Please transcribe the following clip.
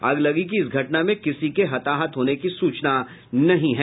अगलगी की इस घटना में किसी के हताहत होने की सूचना नहीं है